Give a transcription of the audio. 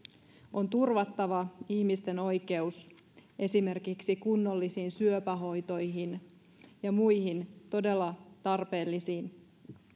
on turvattava ihmisten oikeus esimerkiksi kunnollisiin syöpähoitoihin ja muihin todella tarpeellisiin